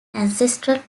ancestral